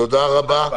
תודה רבה.